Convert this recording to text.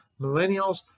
Millennials